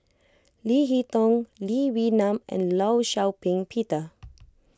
Leo Hee Tong Lee Wee Nam and Law Shau Ping Peter